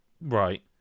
Right